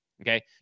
Okay